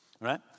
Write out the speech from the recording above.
Right